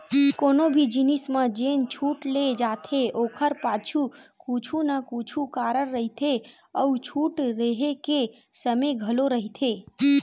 कोनो भी जिनिस म जेन छूट दे जाथे ओखर पाछू कुछु न कुछु कारन रहिथे अउ छूट रेहे के समे घलो रहिथे